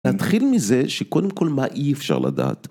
נתחיל מזה, שקודם כל מה אי אפשר לדעת